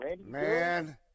Man